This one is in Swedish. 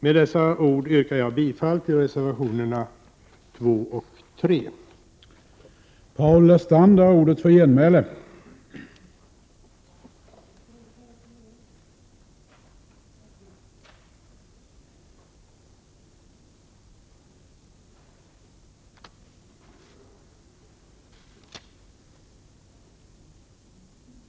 Med dessa ord yrkar jag bifall till reservationerna 2 och 3.